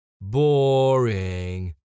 Boring